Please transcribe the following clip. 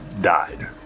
died